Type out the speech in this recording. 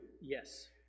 Yes